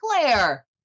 Claire